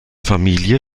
familie